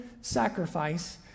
sacrifice